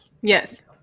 Yes